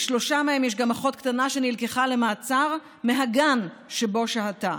לשלושה מהם יש גם אחות קטנה שנלקחה למעצר מהגן שבו שהתה.